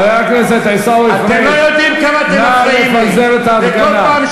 חבר הכנסת עיסאווי פריג', נא לפזר את ההפגנה.